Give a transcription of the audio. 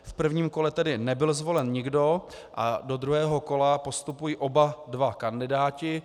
V prvním kole tedy nebyl zvolen nikdo a do druhého kola postupují oba dva kandidáti.